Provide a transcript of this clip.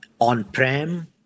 on-prem